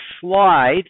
slide